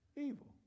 evil